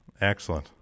excellent